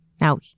Now